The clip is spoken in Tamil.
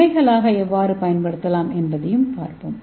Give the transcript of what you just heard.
முனைகளாக எவ்வாறு பயன்படுத்தலாம் என்பதைப் பார்ப்போம்